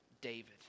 David